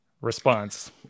response